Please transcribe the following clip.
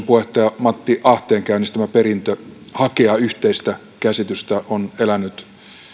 puheenjohtajan matti ahteen käynnistämä perintö hakea yhteistä käsitystä on elänyt